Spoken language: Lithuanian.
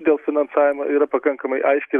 dėl finansavimo yra pakankamai aiškiai